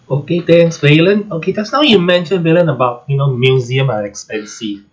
okay thanks valen okay just now you mentioned valen about you know museum are expensive